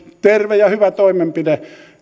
terve ja hyvä toimenpide